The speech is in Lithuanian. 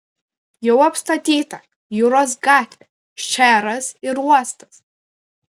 jau apstatyta jūros gatvė šcheras ir uostas